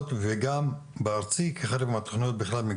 חסמים.